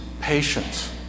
patience